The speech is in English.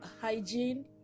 hygiene